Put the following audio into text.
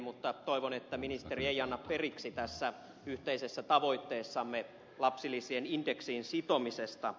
mutta toivon että ministeri ei anna periksi tässä yhteisessä tavoitteessamme lapsilisien indeksiin sitomisesta